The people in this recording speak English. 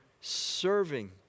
serving